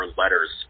letters